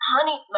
Honey